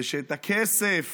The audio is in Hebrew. ושאת הכסף